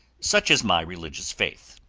such is my religious faith,